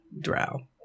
drow